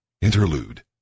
Interlude